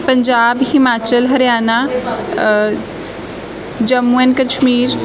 Punjab Himachal Haryana Jammu and Kashmir